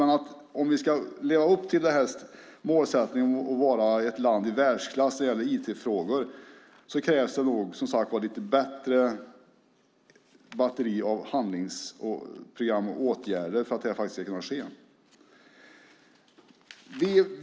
Men om vi ska leva upp till målsättningen att vara ett land i världsklass när det gäller IT-frågor krävs det nog ett lite bättre batteri av handlingsprogram och åtgärder för att det ska kunna ske.